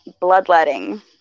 bloodletting